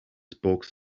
spoke